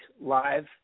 live